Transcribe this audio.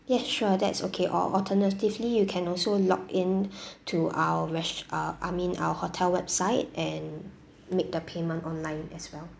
yes sure that is okay or alternatively you can also log in to our res~ uh I mean our hotel website and make the payment online as well